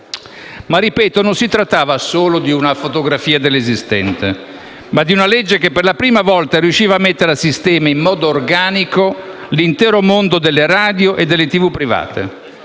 Ripeto, non si trattava solo di una fotografia dell'esistente, ma di una legge che per la prima volta riusciva a mettere a sistema in modo organico l'intero mondo delle radio e delle tv private,